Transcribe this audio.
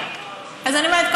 אז אני אומרת,